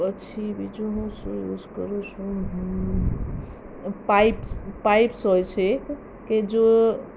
પછી બીજુ હુ શું મિસ કરું છું હું પાઈપ્સ પાઇપ્સ હોય છે કે જો